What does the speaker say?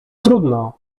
trudno